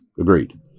Agreed